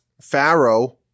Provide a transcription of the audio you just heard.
Pharaoh